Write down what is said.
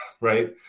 right